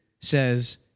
says